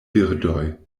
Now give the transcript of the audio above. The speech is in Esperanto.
birdoj